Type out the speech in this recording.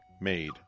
made